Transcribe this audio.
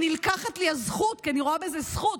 נלקחת לי הזכות, כי אני רואה בזה זכות,